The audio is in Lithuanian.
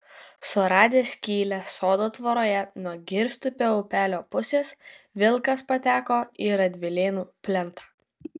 suradęs skylę sodo tvoroje nuo girstupio upelio pusės vilkas pateko į radvilėnų plentą